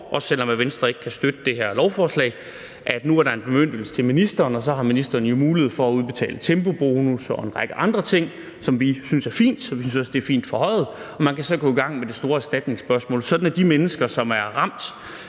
også selv om Venstre ikke kan støtte det her lovforslag, at nu kommer der en bemyndigelse til ministeren, og så har ministeren jo mulighed for at udbetale tempobonus og en række andre ting, hvilket vi synes er fint, og vi synes også, det er fint, at det er forhøjet. Man kan så gå i gang med det store erstatningsspørgsmål, sådan at de mennesker, som er ramt